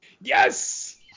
Yes